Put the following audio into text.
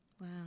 Wow